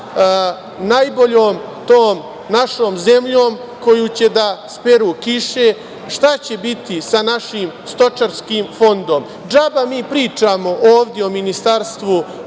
najboljom našom zemljom koju će da speru kiše? Šta će biti sa našim stočarskim fondom? Džaba mi pričamo ovde o Ministarstvu